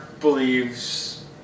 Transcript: believes